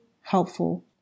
helpful